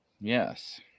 Yes